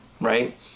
right